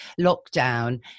lockdown